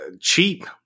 cheap